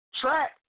track